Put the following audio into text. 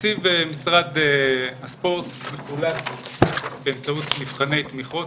תקציב משרד הספורט מחולק בהתאם למבחני תמיכות,